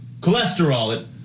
Cholesterol